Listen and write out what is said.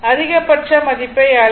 அதிகபட்ச மதிப்பை அல்ல